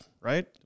right –